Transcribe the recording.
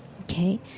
Okay